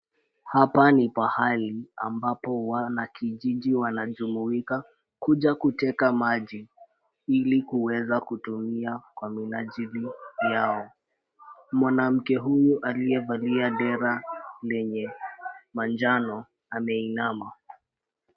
Hapa ni pahali ambapo wanakijiji wanajumuika kuja kuteka maji ili kuweza kutumia kwa minajili yao. Mwanamke huyu aliyevalia dera lenye manjano ameinama.